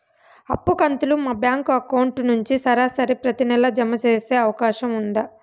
అప్పు కంతులు మా బ్యాంకు అకౌంట్ నుంచి సరాసరి ప్రతి నెల జామ సేసే అవకాశం ఉందా?